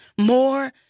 more